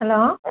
hello